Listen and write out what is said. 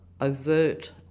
overt